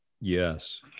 yes